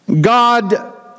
God